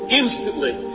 instantly